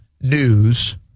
news